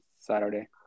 Saturday